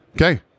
Okay